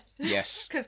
Yes